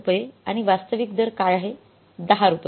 रुपये आणि वास्तविक दर काय आहे १० रु